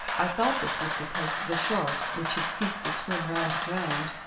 i thought this was because the shark, which had ceased to swim round and round,